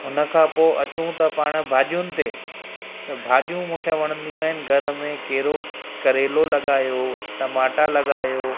हुन खां पोइ अचूं त पाणि भाॼियुनि ते त भाॼियूं मूंखे वणंदियूं आहिनि घर में केरो करेलो लॻायो टमाटा लॻायो